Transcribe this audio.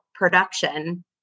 Production